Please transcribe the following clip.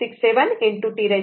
273 e 1